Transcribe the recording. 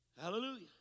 Hallelujah